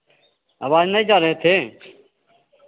आवाज़ नहीं जा रहे थे